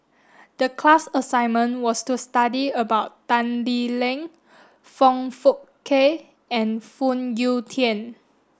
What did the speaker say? the class assignment was to study about Tan Lee Leng Foong Fook Kay and Phoon Yew Tien